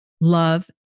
love